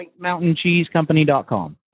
WhiteMountainCheeseCompany.com